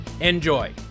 Enjoy